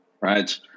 right